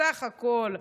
בסך הכול,